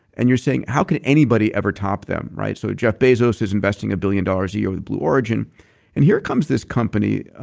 and you're saying, how can anybody ever top them? so jeff bezos is investing a billion dollars a year with blue origin and here comes this company,